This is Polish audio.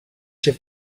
się